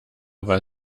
weil